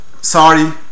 sorry